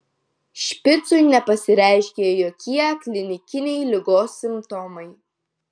špicui nepasireiškė jokie klinikiniai ligos simptomai